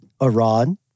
Iran